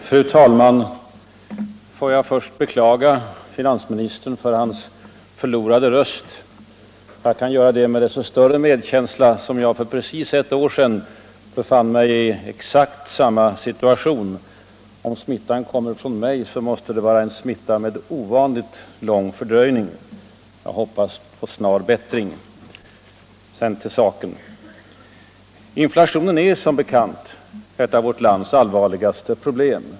Fru talman! Får jag först beklaga finansministern för hans förlorade röst. Jag gör det med desto större medkänsla som jag för precis ett år sedan befann mig i exakt samma situation. Om smittan kommer från mig så måste det vara en smitta med ovanligt lång fördröjning. Hoppas på snar bättring. Sedan till saken. Inflationen är som bekant ett av vårt lands allvarligaste problem.